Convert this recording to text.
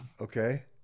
Okay